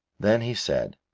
then he said,